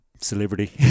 celebrity